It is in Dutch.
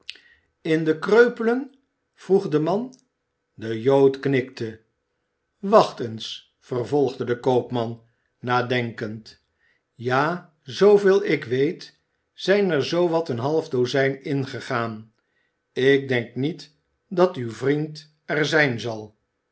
in de kreupelen vroeg de man de jood knikte wacht eens vervolgde de koopman nadenkend ja zooveel ik weet zijn er zoo wat een half dozijn ingegaan ik denk niet dat uw vriend er zijn zal